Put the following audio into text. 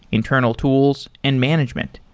internal tools and management.